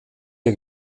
der